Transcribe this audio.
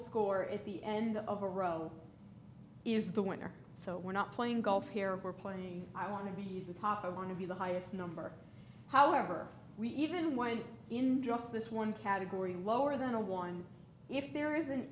score at the end of a row is the winner so we're not playing golf here we're playing i want to be the top i want to be the highest number however we even went in just this one category lower than a one if there is an